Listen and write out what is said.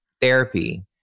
therapy